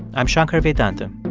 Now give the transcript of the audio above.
i'm shankar vedantam.